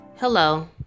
Hello